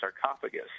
sarcophagus